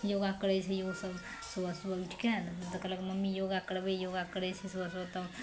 योगा करै छै लोक सब सुबह सुबह उठिके तऽ कहलक मम्मी योगा करबै योगा करै छै सुबह सुबह तब